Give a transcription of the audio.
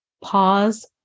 pause